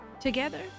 Together